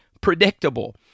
predictable